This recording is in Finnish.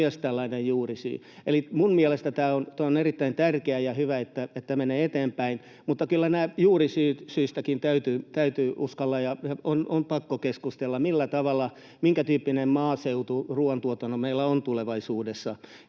mielestäni tämä on erittäin tärkeä ja on hyvä, että menee eteenpäin, mutta kyllä näistä juurisyistäkin täytyy uskaltaa ja on pakko keskustella: minkätyyppinen maaseutu, ruuantuotanto meillä on tulevaisuudessa